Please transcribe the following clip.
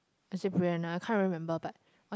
actually I can't remember but